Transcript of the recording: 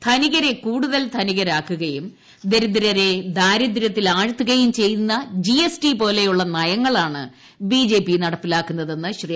ധനികരെ കൂടുതൽ ധനികരാക്കുകയും ദരിദ്രരെ ദാരിദ്ര്യത്തിൽ ആഴ്ത്തുകയും ചെയ്യുന്ന ജിഎസ്ടി പോലെയുള്ള നയങ്ങളാണ് ബിജെപി നടപ്പാക്കുന്നതെന്ന് ശ്രീ